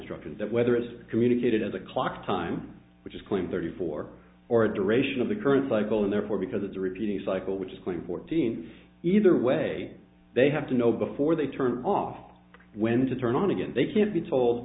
structured that weather is communicated as a clock time which is clean thirty four or duration of the current cycle and therefore because of the repeating cycle which is quite fourteen either way they have to know before they turn off when to turn on again they can be told